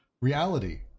reality